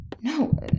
No